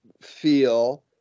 feel